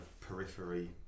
periphery